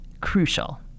crucial